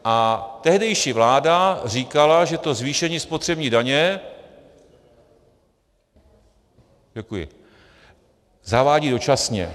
A tehdejší vláda říkala, že zvýšení spotřební daně zavádí dočasně.